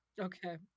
okay